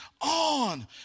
on